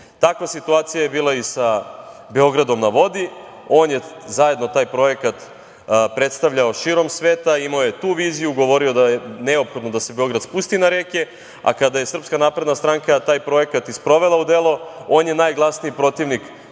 situacija je bila i sa Beogradom na vodi. On je taj projekat predstavljao širom sveta, imao je tu viziju, govorio je da je neophodno da se Beograd spusti na reke, a kada je SNS taj projekat sprovela u delo, on je najglasniji protivnik